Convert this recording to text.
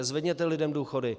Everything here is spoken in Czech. Zvedněte lidem důchody!